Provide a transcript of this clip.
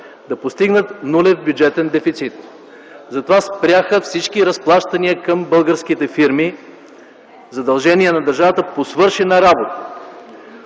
да постигнат нулев бюджетен дефицит. Затова спряха всички разплащания към българските фирми, задължение на държавата по свършена работа.